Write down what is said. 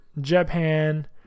Japan